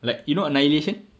like you know Annihilation